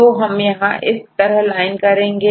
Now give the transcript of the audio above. तो हम यहां इस तरह लाइन करेंगे